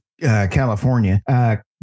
California